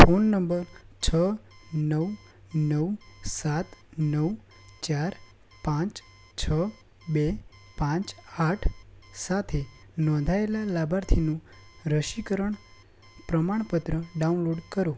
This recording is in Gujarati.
ફોન નંબર છ નવ નવ સાત નવ ચાર પાંચ છ બે પાંચ આઠ સાથે નોંધાયેલા લાભાર્થીનું રસીકરણ પ્રમાણપત્ર ડાઉનલોડ કરો